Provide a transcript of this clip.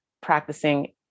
practicing